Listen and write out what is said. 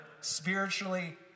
spiritually